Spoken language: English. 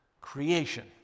Creation